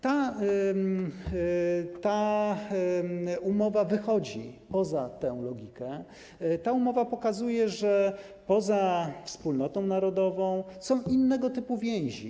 Ta umowa wychodzi poza tę logikę oraz pokazuje, że poza wspólnotą narodową są innego typu więzi.